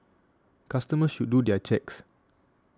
customers should do their checks